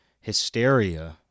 hysteria